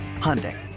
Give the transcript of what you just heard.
Hyundai